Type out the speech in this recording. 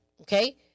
Okay